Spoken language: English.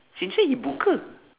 since when he buka